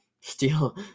Steal